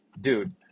dude